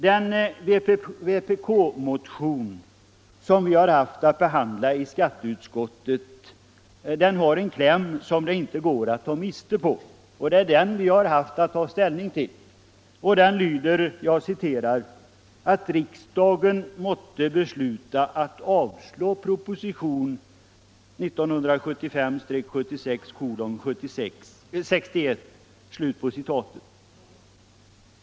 Den vpk-motion som vi haft att behandla i skatteutskottet har en kläm som det inte går att ta miste på, och det är den vi har haft att ta ställning till i utskottet. I motionen föreslås ”att riksdagen måtte besluta att avslå propositionen 1975/76:61”.